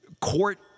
court